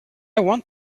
want